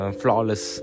flawless